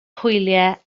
hwyliau